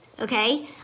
okay